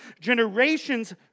Generations